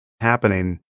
happening